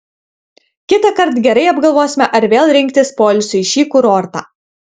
kitąkart gerai apgalvosime ar vėl rinktis poilsiui šį kurortą